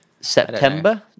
September